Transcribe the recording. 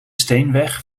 steenweg